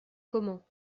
comment